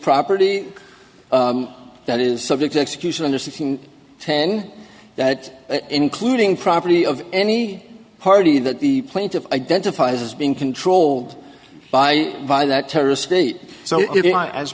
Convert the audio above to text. property that is subject to execution under six hundred ten that including property of any party that the plaintiff identifies as being controlled by by that terrorist state so